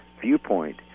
viewpoint